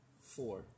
Four